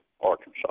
Arkansas